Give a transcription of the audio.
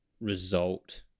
result